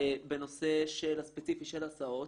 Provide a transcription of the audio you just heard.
בנושא הספציפי של הסעות.